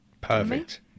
Perfect